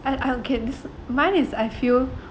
I I okay this mine is I feel